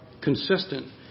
consistent